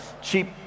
cheap